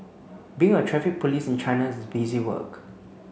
being a Traffic Police in China is busy work